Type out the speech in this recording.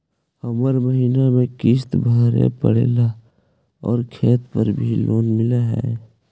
हर महीने में किस्त भरेपरहै आउ खेत पर भी लोन मिल है?